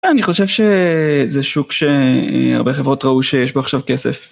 אני חושב שזה שוק שהרבה חברות ראו שיש בו עכשיו כסף.